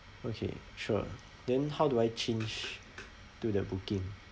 okay sure then how do I change to the booking